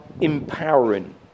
empowering